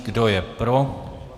Kdo je pro?